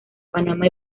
panamá